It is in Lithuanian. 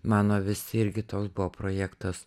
mano visi irgi toks buvo projektas